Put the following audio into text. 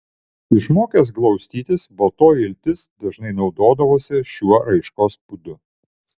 išmokęs glaustytis baltoji iltis dažnai naudodavosi šiuo raiškos būdu